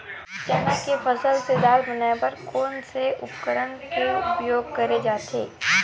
चना के फसल से दाल बनाये बर कोन से उपकरण के उपयोग करे जाथे?